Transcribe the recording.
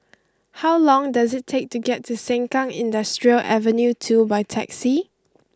how long does it take to get to Sengkang Industrial Avenue two by taxi